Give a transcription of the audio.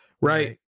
Right